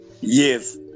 yes